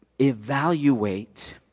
Evaluate